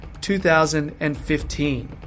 2015